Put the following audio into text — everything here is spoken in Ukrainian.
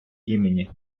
імені